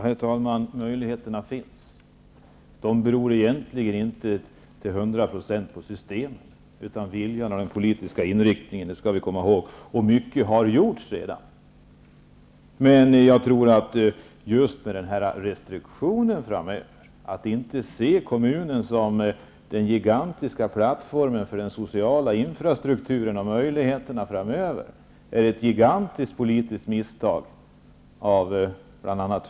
Herr talman! Möjligheterna finns. De beror egentligen inte till 100 % på systemet, utan på viljan och den politiska inriktningen. Det skall vi komma ihåg. Mycket har gjorts redan. Men jag tror det är allvarligt med de restriktioner som väntar framöver. Man ser inte kommunen som den enorma plattformen för den sociala infrastrukturen och möjligheterna framöver. Det är ett gigantiskt politiskt misstag av bl.a.